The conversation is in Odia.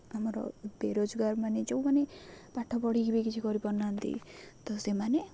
ଆମର ବେରୋଜଗାରମାନେ ଯେଉଁମାନେ ପାଠ ପଢ଼ିକି ବି କିଛି କରିପାରୁନାହାନ୍ତି ତ ସେମାନେ